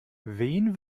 wen